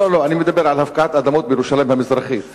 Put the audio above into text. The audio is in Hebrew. לא, אני מדבר על "הפקעת אדמות בירושלים המזרחית".